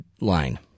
line